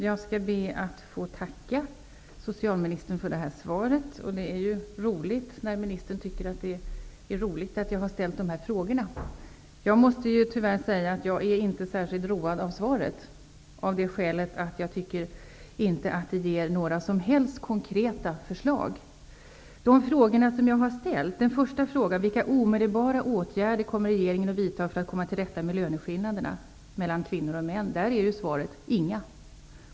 Fru talman! Jag ber att få tacka socialministern för svaret. Det är roligt att ministern uppskattar att jag ställt dessa frågor. Men jag är inte särskilt road av svaret, eftersom jag inte tycker att det ger några som helst konkreta förslag. På min första fråga om vilka omedelbara åtgärder regeringen kommer att vidta för att komma till rätta med löneskillnaderna mellan kvinnor och män är svaret: Inga!